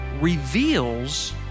reveals